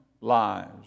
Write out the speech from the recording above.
lives